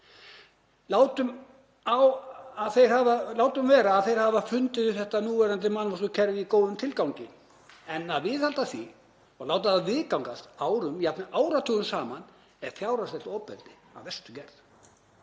Látum vera að þau hafi fundið upp þetta núverandi mannvonskukerfi í góðum tilgangi en að viðhalda því og láta það viðgangast árum og jafnvel áratugum saman er fjárhagslegt ofbeldi af verstu gerð.